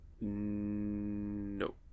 no